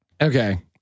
Okay